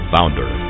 founder